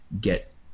get